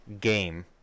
game